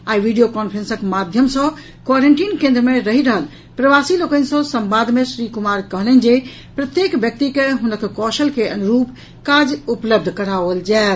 आई video कांफ्रेंसग माध्यम सँ क्वारेंटीन केंद्र मे रहि रहल प्रवासी लोकनि सँ संवाद मे श्री कुमार कहलनि जे प्रत्येक व्यक्ति के हुनक कौशल के अनुरूप काज उपलब्ध कराओल जायत